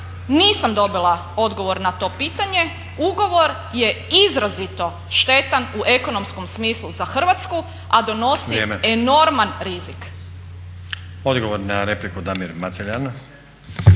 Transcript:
nisam dobila odgovor na to pitanje. Ugovor je izrazito štetan u ekonomskom smislu za Hrvatsku, a donosi enorman rizik. **Stazić, Nenad